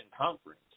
conference